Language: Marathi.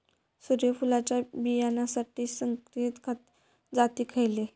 सूर्यफुलाच्या बियानासाठी संकरित जाती खयले?